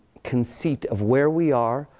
conceit of where we are,